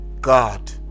god